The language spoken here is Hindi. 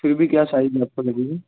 फिर भी क्या साइज में आपको मिलेगी